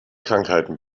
krankheiten